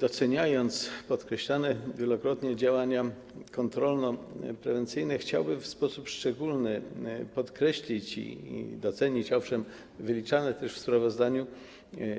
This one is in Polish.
Doceniając podkreślane wielokrotnie działania kontrolno-prewencyjne, chciałbym w sposób szczególny podkreślić i docenić, owszem, wyliczane tu już w sprawozdaniu